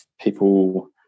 people